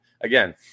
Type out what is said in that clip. Again